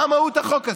מה מהות החוק הזה?